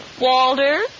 Walter